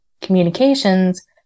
communications